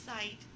site